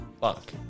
Fuck